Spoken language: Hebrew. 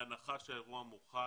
בהנחה שהאירוע מוכל,